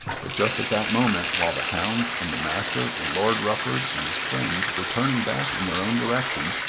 but just at that moment, while the hounds and the master, and lord rufford and his friends, were turning back in their own direction,